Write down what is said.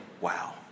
wow